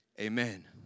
amen